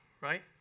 right